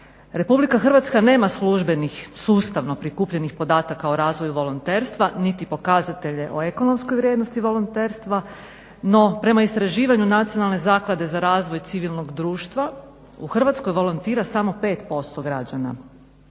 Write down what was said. Republike Hrvatske nema službenih sustavno prikupljenih podataka o razvoju volonterstva niti pokazatelje o ekonomskoj vrijednosti volonterstva, no prema istraživanju Nacionalne zaklade za razvoj civilnog društva u Hrvatskoj volontira samo 5% građana,